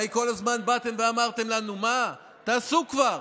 הרי כל הזמן באתם ואמרתם לנו: מה, תעשו כבר.